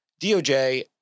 DOJ